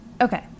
Okay